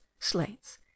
slates